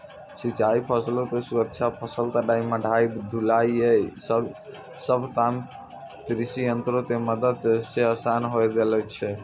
सिंचाई, फसलो के सुरक्षा, फसल कटाई, मढ़ाई, ढुलाई इ सभ काम कृषियंत्रो के मदत से असान होय गेलो छै